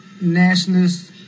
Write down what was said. nationalists